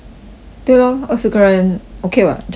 对 lor 二十个人 okay [what] just nice